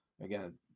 again